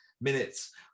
minutes